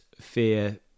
fear